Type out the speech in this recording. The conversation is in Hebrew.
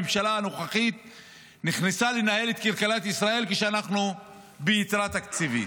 הממשלה הנוכחית הזאת נכנסה לנהל את כלכלת ישראל כשאנחנו ביתרה תקציבית.